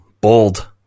Bold